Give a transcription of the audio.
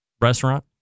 restaurant